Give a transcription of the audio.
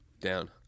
Down